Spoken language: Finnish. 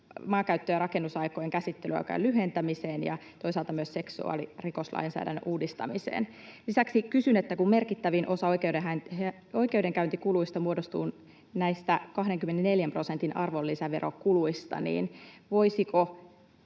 maankäyttö‑ ja rakennuslupien käsittelyaikojen lyhentämiseen ja toisaalta myös seksuaalirikoslainsäädännön uudistamiseen. Lisäksi kysyn, että kun merkittävin osa oikeudenkäyntikuluista muodostuu näistä 24 prosentin arvonlisäverokuluista, niin voisiko